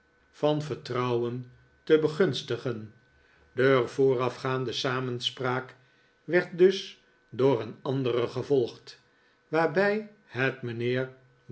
van vertrouwen te begunstigen de voorafgaande samenspraak werd dus door een andere gevolgd waarbij het mijnheer